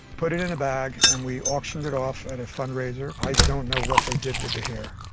put it in a bag and we auctioned it off at a fundraiser. i don't know what they did with the hair.